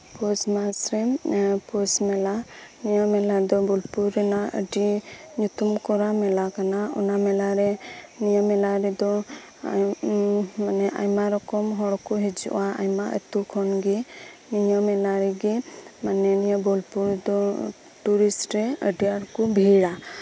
ᱯᱳᱥ ᱢᱟᱥᱨᱮ ᱯᱳᱥ ᱢᱮᱞᱟ ᱱᱤᱭᱟᱹ ᱢᱮᱞᱟ ᱫᱚ ᱵᱳᱞᱯᱩᱨ ᱨᱮᱱᱟᱜ ᱟᱹᱰᱤ ᱧᱩᱛᱩᱢ ᱠᱚᱨᱟ ᱢᱮᱞᱟ ᱠᱟᱱᱟ ᱚᱱᱟ ᱢᱮᱞᱟ ᱱᱤᱭᱟᱹ ᱢᱮᱞᱟ ᱨᱮᱫᱚ ᱟᱭᱢᱟ ᱨᱚᱠᱚᱢ ᱦᱚᱲ ᱠᱚ ᱦᱤᱡᱩᱜᱼᱟ ᱟᱭᱢᱟ ᱟᱹᱛᱩ ᱠᱷᱚᱱᱜᱮ ᱱᱤᱭᱟᱹ ᱢᱮᱞᱟ ᱨᱮᱜᱮ ᱢᱟᱱᱮ ᱵᱳᱞᱯᱩᱨ ᱫᱚ ᱴᱩᱨᱤᱥᱴ ᱨᱮ ᱟᱹᱰᱤ ᱟᱸᱴ ᱠᱚ ᱵᱷᱤᱲᱼᱟ